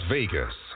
Vegas